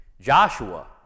Joshua